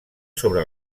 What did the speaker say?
sobre